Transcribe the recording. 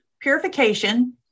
purification